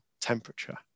temperature